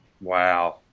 Wow